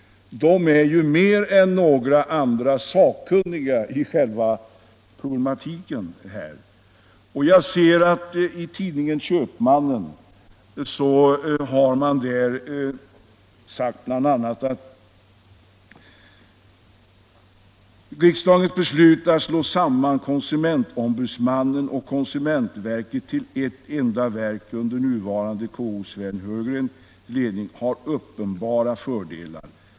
Det är ju mer än några andra dessa som är sakkunniga beträffande själva problematiken. I tidningen Köpmannen sägs det bl.a.: ”Regeringens beslut att slå samman Konsumentombudsmannen och Konsumentverket till ett enda verk under nuvarande KO:s Sven Heurgren, ledning har uppenbara fördelar.